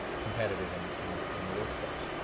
competitive and in the workplace.